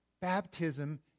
baptism